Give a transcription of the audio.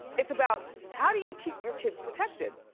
it's about how do you keep your kids protected.